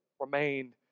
remained